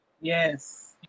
Yes